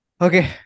Okay